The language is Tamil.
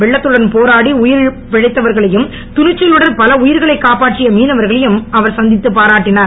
வெள்ளத்துடன் போராடி உயிர் பிழைத்தவர்களையும் துணிச்சலுடன் பல உயிர்களை காப்பாற்றிய மீனவர்களையும் அவர் சந்தித்து பாராட்டினார்